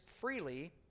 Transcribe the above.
freely